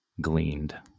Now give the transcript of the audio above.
gleaned